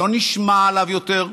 לא נשמע עליו יותר,